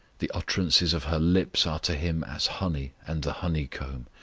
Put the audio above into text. the utterances of her lips are to him as honey and the honeycomb